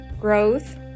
Growth